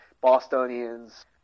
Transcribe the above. Bostonians